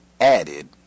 added